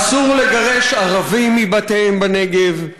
אסור לגרש ערבים מבתיהם בנגב.